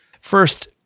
First